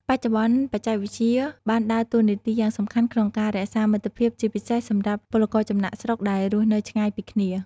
បច្ចុប្បន្ន បច្ចេកវិទ្យាបានដើរតួនាទីយ៉ាងសំខាន់ក្នុងការរក្សាមិត្តភាព ជាពិសេសសម្រាប់ពលករចំណាកស្រុកដែលរស់នៅឆ្ងាយពីគ្នា ។